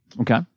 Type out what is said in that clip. Okay